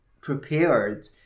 prepared